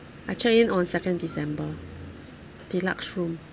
I checked in on second december deluxe room